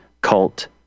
cult